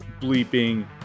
bleeping